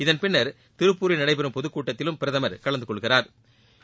இதன் பின்னா் திருப்பூரில் நடைபெறும் பொதுக்கூட்டத்திலும் பிரதமா் கலந்துகொள்கிறாா்